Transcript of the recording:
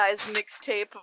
mixtape